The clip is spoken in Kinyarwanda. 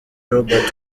robert